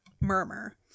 murmur